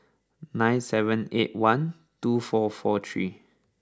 nine seven eight one two four four three